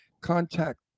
contact